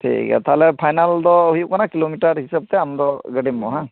ᱴᱷᱤᱠ ᱜᱮᱭᱟ ᱛᱟᱦᱞᱮ ᱯᱷᱟᱭᱱᱮᱞ ᱫᱚ ᱦᱩᱭᱩᱜ ᱠᱟᱱᱟ ᱠᱤᱞᱳᱢᱤᱴᱟᱨ ᱦᱤᱥᱟᱹᱵ ᱛᱮ ᱟᱢ ᱫᱚ ᱜᱟᱹᱰᱤᱢ ᱮᱢᱚᱜᱼᱟ ᱵᱟᱝ